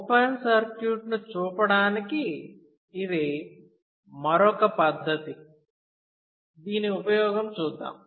open సర్క్యూట్ను చూపడానికి ఇది మరొక పద్ధతి దీని ఉపయోగం చూద్దాం